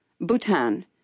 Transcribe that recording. Bhutan